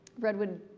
Redwood